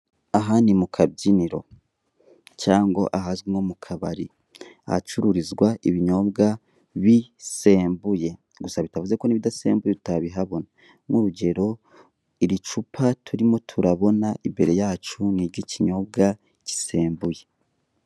Aha ni mu kabyiniro cyangwa ahazwi nko ku kabari, ahacururizwa ibinyobwa bisembuye, gusa bitavuze ko n'ibidasembuye utabihabona; nk'urugero iri cupa turimo turabona imbere yacu, ni iry'ikinyobwa gisembuye.